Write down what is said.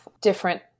different